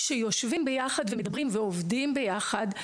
כשיושבים יחד ומדברים ועובדים יחד,